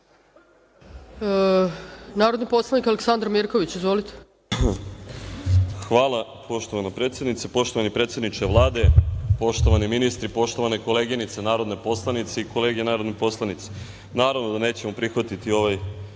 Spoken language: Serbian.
Narodni poslanik, Aleksandar Mirković. **Aleksandar Mirković** Hvala, poštovana predsednice. Poštovani predsedniče Vlade, poštovani ministre, poštovane koleginice narodne poslanice i kolege narodni poslanici, naravno da nećemo prihvatiti ovaj